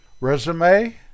resume